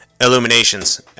Illuminations